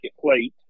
plate